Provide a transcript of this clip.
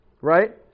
right